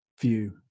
view